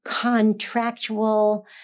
contractual